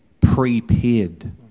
prepared